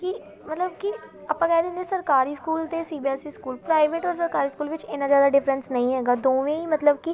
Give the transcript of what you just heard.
ਕਿ ਮਤਲਬ ਕਿ ਆਪਾਂ ਕਹਿ ਦਿੰਦੇ ਹਾਂ ਸਰਕਾਰੀ ਸਕੂਲ ਅਤੇ C B S E school private ਔਰ ਸਰਕਾਰੀ ਸਕੂਲ ਵਿੱਚ ਇੰਨਾ ਜ਼ਿਆਦਾ ਡਿਫਰੈਂਸ ਨਹੀਂ ਹੈਗਾ ਦੋਵੇਂ ਹੀ ਮਤਲਬ ਕਿ